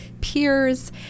peers